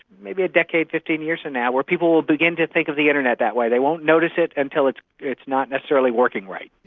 maybe a decade, fifteen years from now, where people will begin to think of the internet that way. they won't notice it until it's it's not necessarily working right.